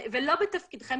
ולא בתפקידכם